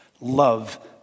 love